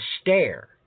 stare